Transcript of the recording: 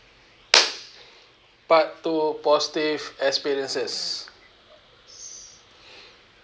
part two positive experiences